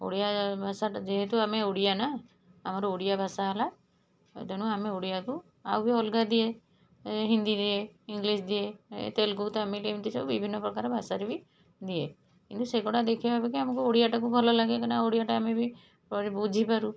ଓଡ଼ିଆ ଭାଷାଟା ଯେହେତୁ ଆମେ ଓଡ଼ିଆ ନା ଆମର ଓଡ଼ିଆ ଭାଷା ହେଲା ତେଣୁ ଆମେ ଓଡ଼ିଆକୁ ଆଉ ବି ଅଲଗା ଦିଏ ହିନ୍ଦୀରେ ଇଂଲିଶ ଦିଏ ଏ ତେଲୁଗୁ ତାମିଲ୍ଏମିତି ସବୁ ବିଭିନ୍ନ ପ୍ରକାର ଭାଷାରେ ବି ଦିଏ କିନ୍ତୁ ସେଗୁଡ଼ାକ ଦେଖିବା ଅପେକ୍ଷା ଆମକୁ ଓଡ଼ିଆଟାକୁ ଭଲ ଲାଗେ କାହିଁକିନା ଓଡ଼ିଆଟା ଆମେ ବି ପରେ ବୁଝିପାରୁ